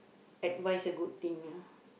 advise a good thing ah